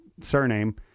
surname